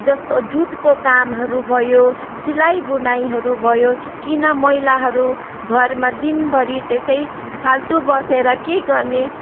जस्तो जुटको कामहरू भयो सिलाईबुनाईहरू भयो किन महिलाहरू घरमा दिनभरि त्यसै फाल्टो बसेर के गर्ने